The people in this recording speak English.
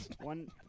One